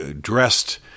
dressed